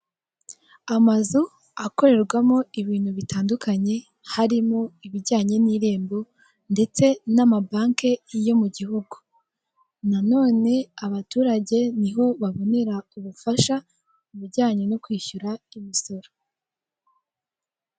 Amazu akorerwamo ibintu bitandukanye, harimo bijyanye n'irembo, ndetse n'amabanke yo mugihugu. Nanone abaturage niho babonera ubufasha mubijyanye no kwishyura imisoro.